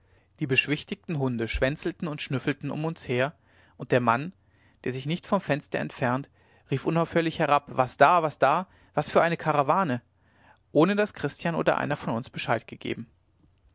die beschwichtigten hunde schwänzelten und schnüffelten um uns her und der mann der sich nicht vom fenster entfernt rief unaufhörlich herab was da was da was für eine karawane ohne daß christian oder einer von uns bescheid gegeben